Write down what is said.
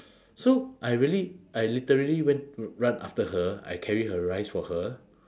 so I really I literally went run after her I carry her rice for her